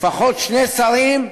לפחות שני שרים,